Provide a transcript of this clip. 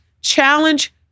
challenge